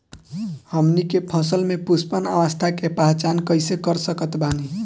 हमनी के फसल में पुष्पन अवस्था के पहचान कइसे कर सकत बानी?